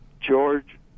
George